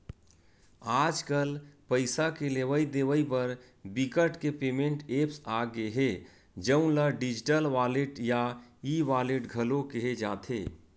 आजकल पइसा के लेवइ देवइ बर बिकट के पेमेंट ऐप्स आ गे हे जउन ल डिजिटल वॉलेट या ई वॉलेट घलो केहे जाथे